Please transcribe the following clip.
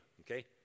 okay